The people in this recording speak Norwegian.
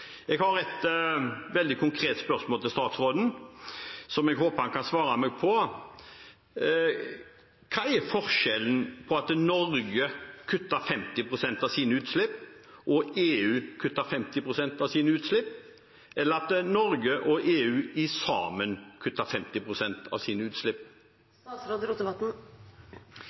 Jeg har et veldig konkret spørsmål til statsråden, som jeg håper han kan svare meg på: Hva er forskjellen på at Norge kutter 50 pst. av sine utslipp og EU kutter 50 pst. av sine utslipp, og at Norge og EU sammen kutter 50 pst. av sine